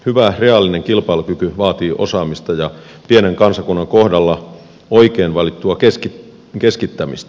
hyvä reaalinen kilpailukyky vaatii osaamista ja pienen kansakunnan kohdalla oikein valittua keskittämistä